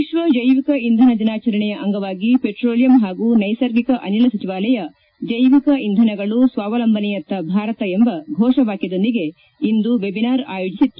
ವಿಶ್ವ ಜೈವಿಕ ಇಂಧನ ದಿನಾಚರಣೆಯ ಅಂಗವಾಗಿ ಪೆಟ್ರೋಲಿಯಂ ಹಾಗೂ ನೈಸರ್ಗಿಕ ಅನಿಲ ಸಚಿವಾಲಯ ಜೈವಿಕ ಇಂಧನಗಳು ಸ್ವಾವಲಂಬನೆಯತ್ತ ಭಾರತ ಎಂಬ ಘೋಷ ವಾಕ್ಯದೊಂದಿಗೆ ಇಂದು ವೆಬಿನಾರ್ ಆಯೋಜಿಸಿತ್ತು